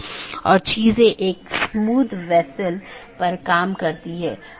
हालांकि हर संदेश को भेजने की आवश्यकता नहीं है